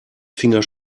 finger